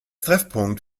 treffpunkt